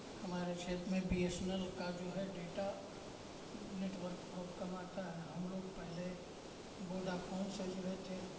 हमारे क्षेत्र में बी एस एन एल का जो है डेटा नेटवर्क बहुत कम आता है हम लोग पहले वोडाफोन से जुड़े थे